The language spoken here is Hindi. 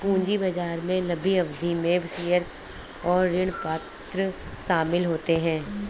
पूंजी बाजार में लम्बी अवधि में शेयर और ऋणपत्र शामिल होते है